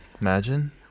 imagine